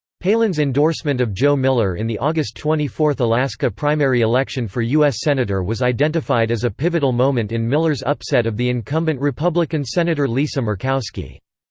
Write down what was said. palin's endorsement of joe miller in the august twenty four alaska primary election for u s. senator was identified as a pivotal moment in miller's upset of the incumbent republican senator lisa murkowski.